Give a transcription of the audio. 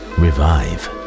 revive